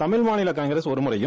தமிழ்மாநில காங்கிரஸ் ஒரு முறையும்